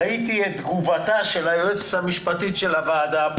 ראיתי את תגובתה של היועצת המשפטית של הוועדה,